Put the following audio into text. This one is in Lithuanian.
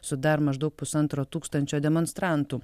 su dar maždaug pusantro tūkstančio demonstrantų